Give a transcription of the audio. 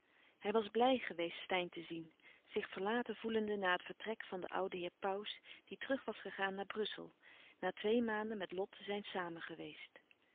hij was blij geweest steyn te zien zich verlaten voelende na het vertrek van den ouden heer pauws die terug was gegaan naar brussel na twee maanden met lot te zijn samen geweest